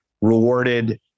rewarded